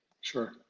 Sure